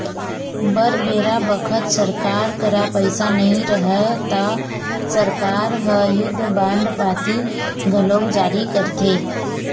बर बेरा बखत सरकार करा पइसा नई रहय ता सरकार ह युद्ध बांड पाती घलोक जारी करथे